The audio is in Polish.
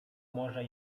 może